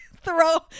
throw